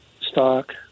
stock